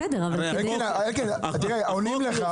אלקין, עונים לך.